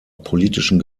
politischen